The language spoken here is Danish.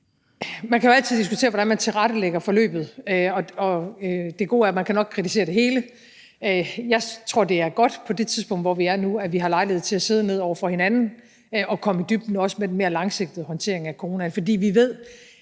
Man kan jo altid diskutere, hvordan man tilrettelægger forløbet, og det gode er, at man nok kan kritisere det hele. Jeg tror, at det er godt, at vi, på det tidspunkt, hvor vi er nu, har lejlighed til at sidde ned over for hinanden og komme i dybden også med den mere langsigtede håndtering af coronaen, for vi ved,